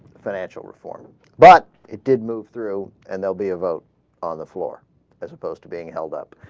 financial reform but it did move through and they'll be a vote on the floor as opposed to being held up